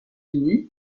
unis